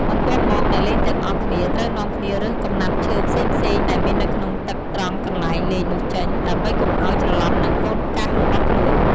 បន្ទាប់មក អ្នកលេងទាំងអស់គ្នាត្រូវនាំគ្នារើសកំណាត់ឈើផ្សេងៗដែលមាននៅក្នុងទឹកត្រង់កន្លែងលេងនោះចេញ ដើម្បីកុំឲ្យច្រឡំនឹង "កូនកាស" របស់ខ្លួន។